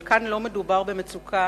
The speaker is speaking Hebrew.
אבל כאן אין מדובר רק במצוקה,